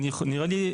נראה לי,